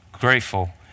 grateful